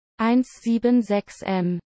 176m